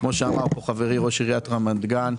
כמו שאמר כאן חברי ראש עיריית רמת גן,